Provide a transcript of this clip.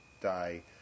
day